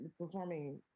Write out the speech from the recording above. performing